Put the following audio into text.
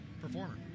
performer